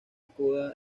coda